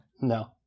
No